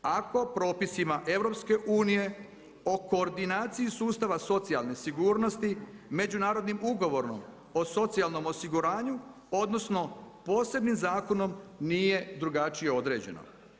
Ako propisima EU-a o koordinaciji sustava socijalne sigurnosti Međunarodnim ugovorom o socijalnom osiguranju odnosno posebnim zakonom nije drugačije određeno.